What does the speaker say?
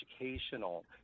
educational